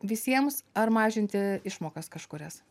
visiems ar mažinti išmokas kažkurias